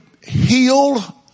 heal